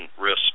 risk